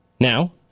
Now